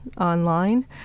online